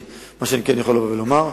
מה שאני כן יכול לבוא ולומר,